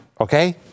okay